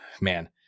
man